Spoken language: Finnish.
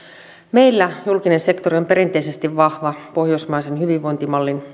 meillä julkinen sektori on perinteisesti vahva pohjoismaisen hyvinvointimallin